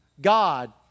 God